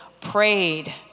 prayed